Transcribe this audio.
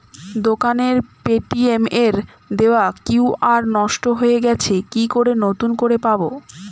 দোকানের পেটিএম এর দেওয়া কিউ.আর নষ্ট হয়ে গেছে কি করে নতুন করে পাবো?